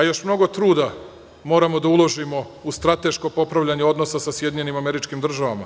Još mnogo truda moramo da uložimo u strateško popravljanje odnosa sa SAD.